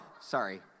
sorry